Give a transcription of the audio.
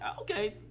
okay